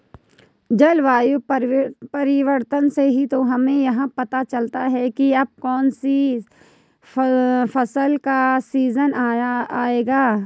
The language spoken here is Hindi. जलवायु परिवर्तन से ही तो हमें यह पता चलता है की अब कौन सी फसल का सीजन आयेगा